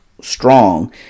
strong